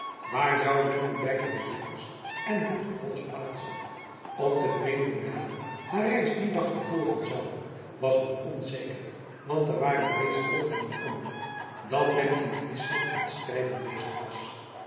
waar zou men die beide bezoekers en hun gevolg plaatsen of de vreemde dame haar reis dien dag vervolgen zoude was nog onzeker want er waren reeds geruchten in omloop dat men in friesland met strijden bezig was